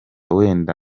wenda